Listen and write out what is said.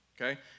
Okay